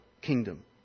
kingdom